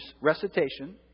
recitation